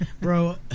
Bro